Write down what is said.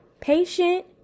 patient